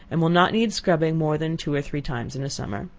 and will not need scrubbing more than two or three times in a summer.